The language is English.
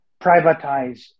privatize